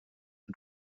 und